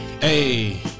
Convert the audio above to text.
Hey